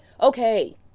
Okay